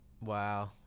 Wow